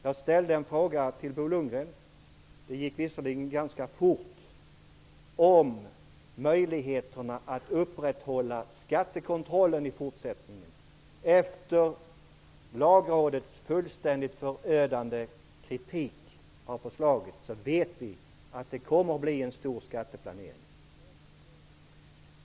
Jag ställde en fråga till Bo Lundgren om möjligheterna att upprätthålla skattekontrollen i fortsättningen. Efter Lagrådets fullständigt förödande kritik av lagförslaget, vet vi att det kommer att bli fråga om en stor skatteplanering.